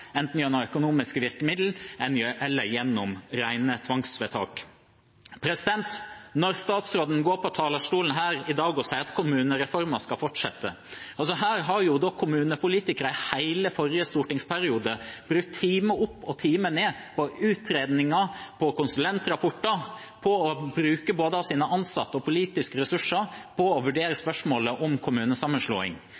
enten gjennom økonomiske virkemidler eller gjennom rene tvangsvedtak. Statsråden står på talerstolen her i dag og sier at kommunereformen skal fortsette. Her har kommunepolitikere i hele forrige stortingsperiode brukt time opp og time ned på utredninger og konsulentrapporter, og de har brukt både sine ansatte og politiske ressurser på å vurdere